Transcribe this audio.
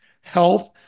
health